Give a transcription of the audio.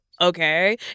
okay